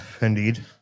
Indeed